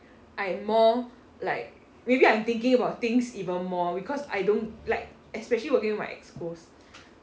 I more like maybe I'm thinking about things even more because I don't like especially working with my EXCO